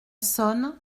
sonne